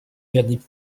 vernis